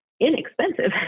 inexpensive